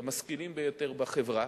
המשכילים ביותר בחברה,